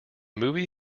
movie